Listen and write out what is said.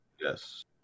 Yes